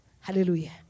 Hallelujah